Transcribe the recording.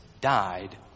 died